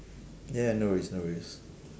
ya ya no worries no worries